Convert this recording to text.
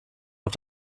auf